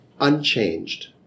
unchanged